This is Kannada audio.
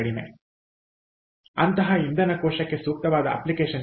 ಆದ್ದರಿಂದ ಅಂತಹ ಇಂಧನ ಕೋಶಕ್ಕೆ ಸೂಕ್ತವಾದ ಅಪ್ಲಿಕೇಶನ್ ಯಾವುದು